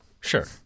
Sure